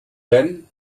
ven